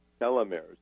telomeres